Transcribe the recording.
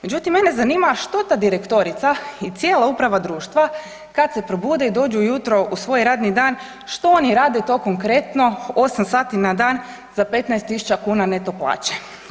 Međutim, mene zanima što ta direktorica i cijela uprava društva kad se probude i dođu ujutro u svoj radni dan, što oni rade to konkretno 8 sati na dan za 15 tisuća kuna neto plaće.